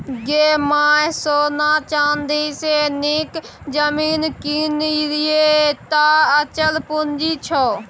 गै माय सोना चानी सँ नीक जमीन कीन यैह टा अचल पूंजी छौ